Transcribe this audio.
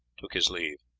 took his leave.